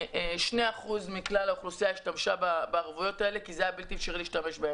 2% מכלל האוכלוסייה השתמשה בערבויות האלה כי היה בלתי אפשרי להשתמש בהן.